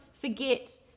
forget